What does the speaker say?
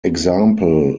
example